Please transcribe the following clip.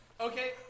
Okay